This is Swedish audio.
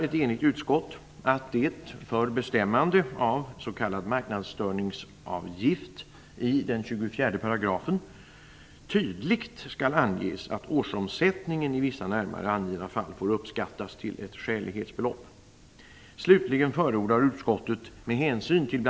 tydligt skall anges att årsomsättningen i vissa närmare angivna fall får uppskattas till ett skälighetsbelopp.